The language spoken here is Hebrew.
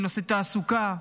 בנושא תעסוקה,